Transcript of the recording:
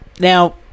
Now